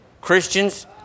Christians